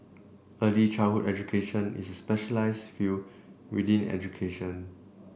early childhood education is a specialised field within education